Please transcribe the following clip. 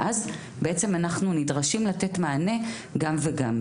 ואז בעצם אנחנו נדרשים לתת מענה גם וגם,